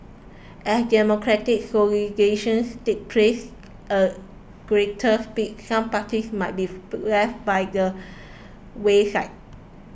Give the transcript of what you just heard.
as democratic takes place a greater speed some parties might beef left by the wayside